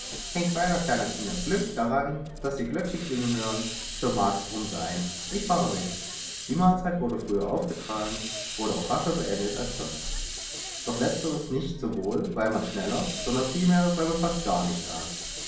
hängt beider kleiner kinder glück daran daß sie glöckchen klingen hören so mag es d'rum sein ich fahre mit die mahlzeit wurde früher aufgetragen wurde auch rascher beendet als sonst doch letzteres nicht sowohl weil man schneller sondern vielmehr weil man fast gar nicht aß